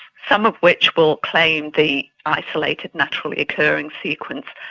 some of which will claim the isolated naturally occurring sequence,